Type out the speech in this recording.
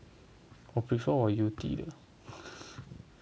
我 prefer 我的 U T 了